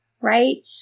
right